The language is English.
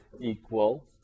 equal